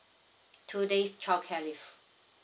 two days childcare leave